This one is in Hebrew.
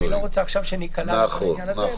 אני לא רוצה שניכנס עכשיו לעניין הזה.